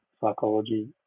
psychology